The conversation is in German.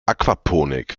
aquaponik